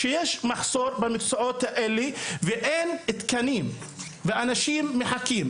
שבהם יש מחסור ואין תקנים ואנשים מחכים.